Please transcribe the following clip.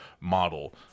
model